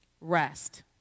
rest